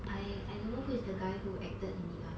I I don't know who is the guy who acted in it lah